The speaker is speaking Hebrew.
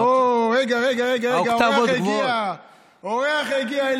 אוה, רגע, רגע, רגע, אורח הגיע.